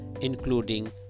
including